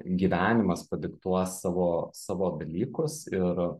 gyvenimas padiktuos savo savo dalykus ir